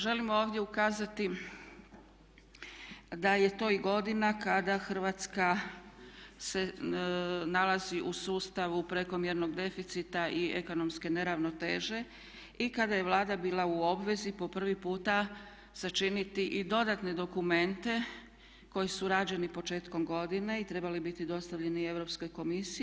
Želim ovdje ukazati da je to i godina kada Hrvatska se nalazi u sustavu prekomjernog deficita i ekonomske neravnoteže i kada je Vlada bila u obvezi po prvi puta sačiniti i dodatne dokumente koji su rađeni početkom godine i trebali biti dostavljeni Europskoj komisiji.